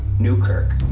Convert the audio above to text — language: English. newkirk.